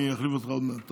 אני אחליף אותך עוד מעט.